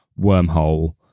wormhole